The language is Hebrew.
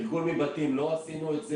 תרגול מבתים לא עשינו את זה.